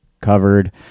covered